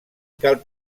cal